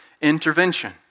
intervention